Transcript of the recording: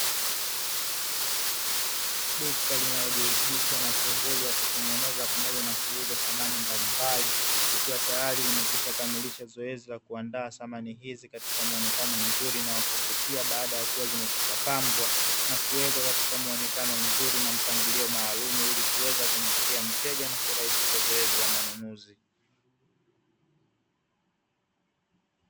Duka linalojihusisha na shughuli ya kutengeneza pamoja na kuuza samani mbalimbali, likiwa tayari limekwisha kamilisha zoezi la kuandaa samani hizi katika muonekano mzuri na wa kuvutia, baada ya kuwa zimekwisha pambwa na kuwekwa katika muonekano mzuri na mpangilio maalumu, ili kuweza kumvutia mteja na kurahisisha zoezi la manunuzi.